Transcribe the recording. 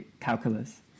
calculus